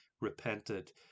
repented